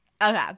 Okay